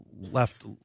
left